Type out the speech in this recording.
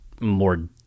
more